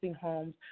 homes